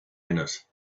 minute